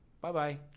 bye-bye